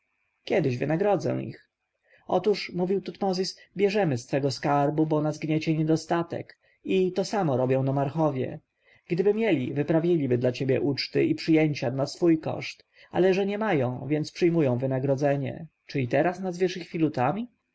kiedyś wynagrodzę ich otóż mówił tutmozis bierzemy z twego skarbu bo nas gniecie niedostatek i to samo robią nomarchowie gdyby mieli wyprawialiby dla ciebie uczty i przyjęcia na swój koszt ale że nie mają więc przyjmują wynagrodzenie czy i teraz nazwiesz ich filutami